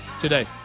today